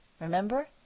remember